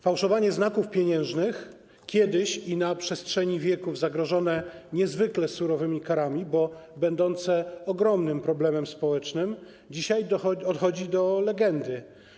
Fałszowanie znaków pieniężnych, kiedyś i na przestrzeni wieków zagrożone niezwykle surowymi karami, bo będące ogromnym problemem społecznym, dzisiaj odchodzi do legendy.